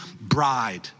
bride